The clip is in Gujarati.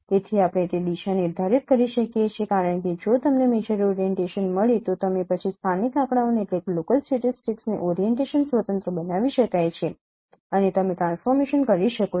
તેથી આપણે તે દિશા નિર્ધારિત કરી શકીએ છીએ કારણ કે જો તમને મેજર ઓરીએન્ટેશન મળે તો પછી સ્થાનિક આંકડાઓને ઓરીએન્ટેશન સ્વતંત્ર બનાવી શકાય છે અને તમે ટ્રાન્સફોર્મેશન કરી શકો છો